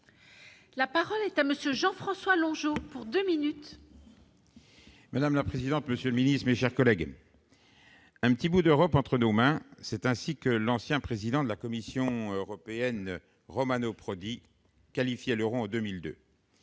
La parole est à monsieur Jean-François longs jours pour 2 minutes. Madame la présidente, monsieur le Ministre, mes chers collègues, un petit bout d'Europe entre nos mains, c'est ainsi que l'ancien président de la Commission européenne, Romano Prodi, qualifier l'Euro en 2002,